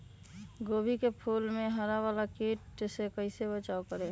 गोभी के फूल मे हरा वाला कीट से कैसे बचाब करें?